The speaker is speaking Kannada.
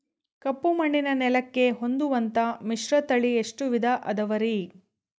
ಕಪ್ಪುಮಣ್ಣಿನ ನೆಲಕ್ಕೆ ಹೊಂದುವಂಥ ಮಿಶ್ರತಳಿ ಎಷ್ಟು ವಿಧ ಅದವರಿ?